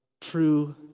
true